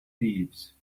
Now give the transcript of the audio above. thieves